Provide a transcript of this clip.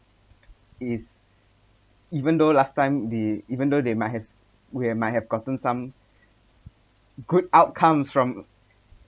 is even though last time they even though they might have we might have gotten some good outcomes from